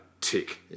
Tick